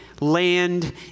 land